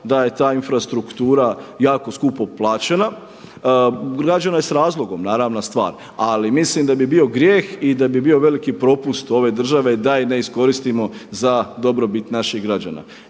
da je ta infrastruktura jako skupo plaćena. Građena je s razlogom, naravna stvar, ali mislim da bi bio grijeh i da bi bilo veliki propust ove države da je ne iskoristimo za dobrobit naših građana